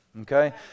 okay